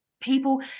people